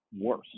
worse